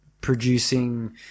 producing